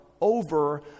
over